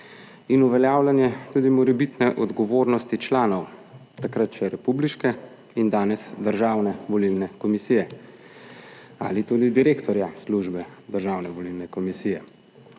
in uveljavljanje tudi morebitne odgovornosti članov takrat še republiške in danes državne volilne komisije ali tudi direktorja službe Državne volilne komisije,